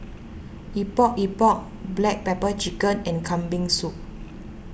Epok Epok Black Pepper Chicken and Kambing Soup